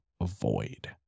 avoid